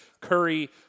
Curry